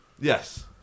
Yes